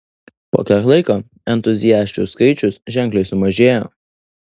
po kiek laiko entuziasčių skaičius ženkliai sumažėjo